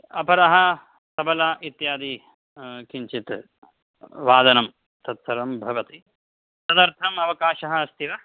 अपरः तबला इत्यादि किञ्चित् वादनं तत्सर्वं भवति तदर्थम् अवकाशः अस्ति वा